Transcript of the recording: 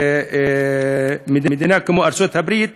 במדינה כמו ארצות-הברית,